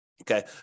okay